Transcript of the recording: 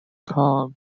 called